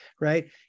Right